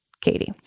Katie